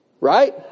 right